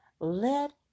let